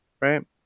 right